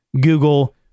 Google